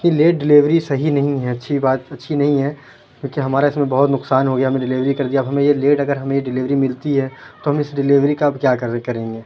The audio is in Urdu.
یہ لیٹ ڈلیوری صحیح نہیں ہے اچھی بات اچھی نہیں ہے کیونکہ ہمارا اِس میں بہت نقصان ہوگیا ہمیں ڈلیوری کر دیا ہمیں یہ لیٹ اگر ہمیں یہ ڈلیوری ملتی ہے تو ہم اِس ڈلیوری کا اب کیا کریں کریں گے